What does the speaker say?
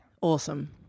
awesome